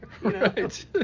Right